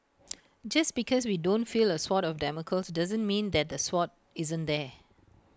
just because we don't feel A sword of Damocles doesn't mean that the sword isn't there